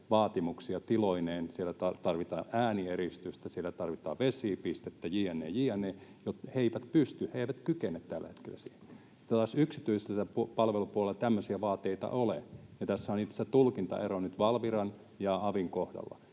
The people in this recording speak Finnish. vaatimuksia — siellä tarvitaan äänieristystä, siellä tarvitaan vesipistettä jne. jne. — joihin he eivät pysty, eivät kykene tällä hetkellä. Taas yksityisellä palvelupuolella tämmöisiä vaateita ei ole, ja tässä on itse asiassa tulkintaero Valviran ja avin kohdalla.